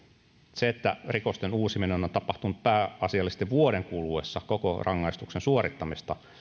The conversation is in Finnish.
se että rikosten uusiminen on on tapahtunut pääasiallisesti vuoden kuluessa koko rangaistuksen suorittamisesta